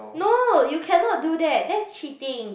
no you cannot do that that's cheating